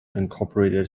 incorporated